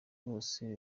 bose